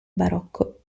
barocco